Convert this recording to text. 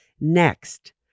Next